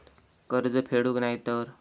कर्ज फेडूक नाय तर?